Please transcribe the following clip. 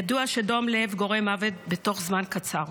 ידוע שדום לב גורם מוות בתוך זמן קצר.